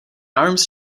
arms